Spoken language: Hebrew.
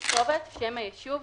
"כתובת" שם היישוב,